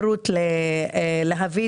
לא רק אבל בעיקר נולדים כך ובעצם אין שליטה על